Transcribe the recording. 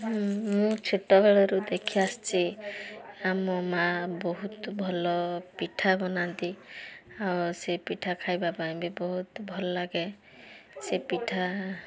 ମୁଁ ଛୋଟ ବେଳରୁ ଦେଖି ଆସିଛି ଆମ ମାଆ ବହୁତ ଭଲ ପିଠା ବନାନ୍ତି ଆଉ ସେ ପିଠା ଖାଇବା ପାଇଁ କି ବହୁତ ଭଲ ଲାଗେ ସେ ପିଠା